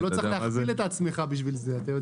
אתה לא צריך להכפיל את עצמך בשביל זה.